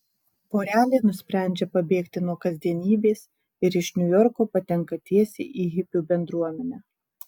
porelė nusprendžia pabėgti nuo kasdienybės ir iš niujorko patenka tiesiai į hipių bendruomenę